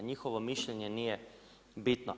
Njihovo mišljenje nije bitno.